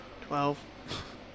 Twelve